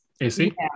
AC